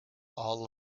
all